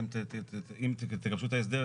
אם תגבשו את ההסדר,